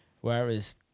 Whereas